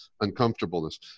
uncomfortableness